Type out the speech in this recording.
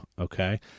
Okay